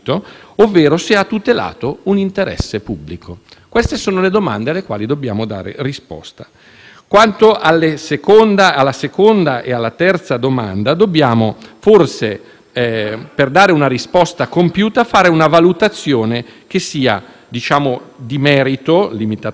Quanto alla seconda e alla terza domanda, dobbiamo forse, per dare una risposta compiuta, fare una valutazione che sia di merito limitatamente, come ho detto, a queste domande, e poi di metodo. La prima valutazione di merito: esiste